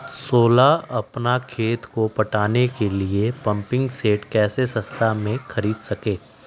सोलह अपना खेत को पटाने के लिए पम्पिंग सेट कैसे सस्ता मे खरीद सके?